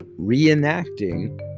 reenacting